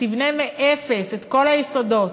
שתבנה מאפס את כל היסודות,